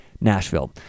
Nashville